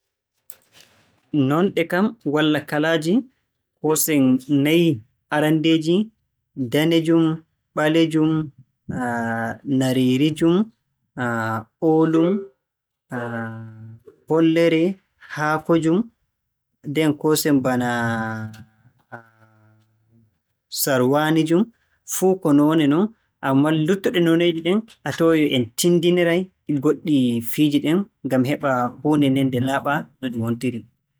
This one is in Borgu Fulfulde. Nonɗe kam walla kalaaji, koosen nayi aranndeeji; danejum, ɓalejum, nareerijum, oolum, pollere, haakojum, nden koosen bana sarwaanijum. Fuu ko noone non. Ammaa ɗuttuɗi nooneeji ɗin no en tinndiniray e goɗɗi fiiji ɗin ngam heɓa huunde nden nde laaɓa nonno nde wontiri.